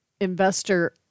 Investor